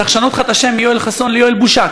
צריך לשנות לך את השם מיואל חסון ליואל בושה,